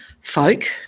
folk